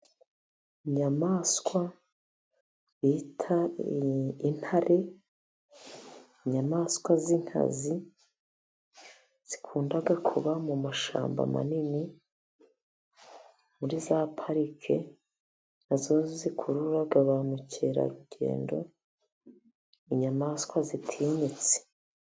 Inyamaswa bita intare, inyamaswa z'inkazi zikunda kuba mu mashyamba manini, muri za parike ,na zo zikurura ba mukerarugendo, inyamaswa zitinyitse.